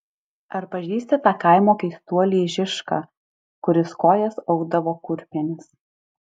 ar pažįsti tą kaimo keistuolį žišką kuris kojas audavo kurpėmis